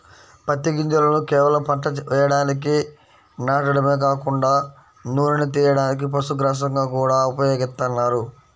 పత్తి గింజలను కేవలం పంట వేయడానికి నాటడమే కాకుండా నూనెను తియ్యడానికి, పశుగ్రాసంగా గూడా ఉపయోగిత్తన్నారు